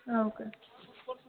okay